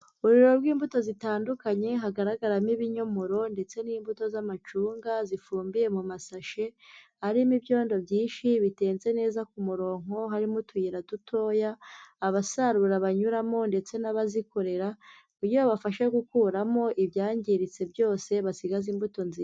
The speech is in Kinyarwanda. Ururiro rw'imbuto zitandukanye hagaragaramo ibinyomoro ndetse n'imbuto z'amacunga zifumbiye mu masashe, arimo ibyondo byinshi bitenze neza ku murongo, harimo utuyira dutoya abasarura banyuramo ndetse n'abazikorera, kugira ngo bafasha gukuramo ibyangiritse byose basigaze imbuto nziza.